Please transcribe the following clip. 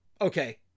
okay